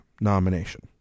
nomination